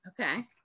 Okay